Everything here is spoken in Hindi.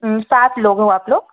सात लोग हो आप लोग